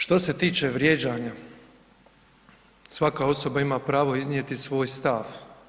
Što se tiče vrijeđanja, svaka osoba ima pravo iznijeti svoj stav.